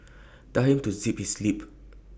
tell him to zip his lip